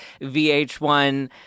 VH1